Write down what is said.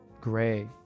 gray